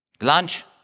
lunch